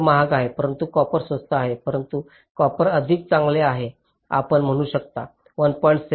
gold महाग आहे परंतु कॉपर स्वस्त आहे परंतु कॉपर अधिक चांगले आहे आपण म्हणू शकता 1